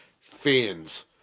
fans